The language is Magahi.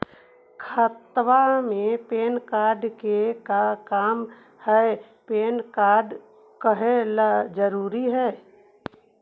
खाता में पैन कार्ड के का काम है पैन कार्ड काहे ला जरूरी है?